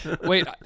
Wait